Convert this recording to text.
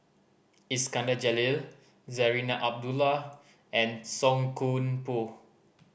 Iskandar Jalil Zarinah Abdullah and Song Koon Poh